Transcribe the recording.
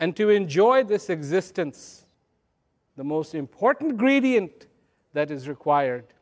and to enjoy this existence the most important gravy in it that is required